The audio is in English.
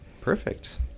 Perfect